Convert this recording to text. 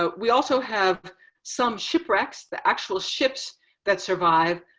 ah we also have some shipwrecks the actual ships that survived.